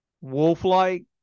wolf-like